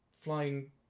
flying